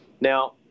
Now